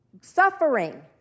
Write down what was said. suffering